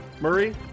Murray